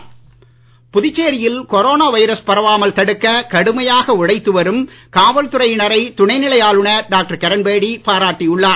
கிரண்பேடி புதுச்சேரியில் corona virus பரவாமல் தடுக்க கடுமையாக உழைத்து வரும் காவல் துறையினரை துணை நிலை ஆளுநர் டாக்டர் கிரண்பேடி பாராட்டி உள்ளார்